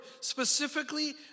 specifically